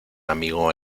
amigo